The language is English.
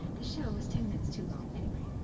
the show was ten minutes too long, anyway.